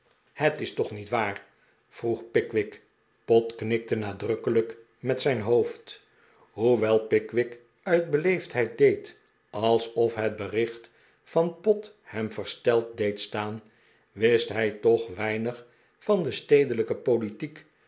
het is toch niet waar vroeg pickwick pott knikte nadrukkelijk met zijn hoofd pott geeselt zijn tegen standers hoewel pickwick uit beleefdheid deed alsof het bericht van pott hem versteld deed staan wist hij toch zoo weinig van de stedelijke politiek